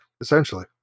essentially